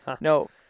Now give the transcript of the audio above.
No